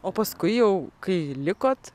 o paskui jau kai likot